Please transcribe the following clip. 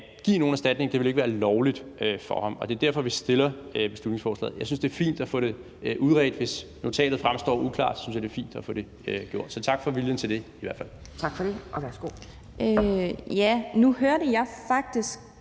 at give nogen erstatning; at det ikke ville være lovligt. Det er derfor, vi har fremsat beslutningsforslaget. Jeg synes, det er fint at få det udredt. Hvis notatet fremstår uklart, synes jeg, det er fint at få det gjort. Så tak for viljen til det i hvert fald. Kl. 10:24 Anden næstformand (Pia Kjærsgaard):